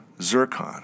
zircon